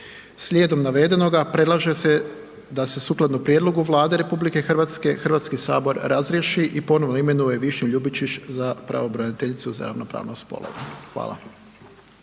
Slijedom navedenoga predlaže se da se sukladno prijedlogu Vlade RH Hrvatski sabor razriješi i ponovno imenuje Višnju Ljubičić za pravobraniteljicu za ravnopravnost spolova. Hvala.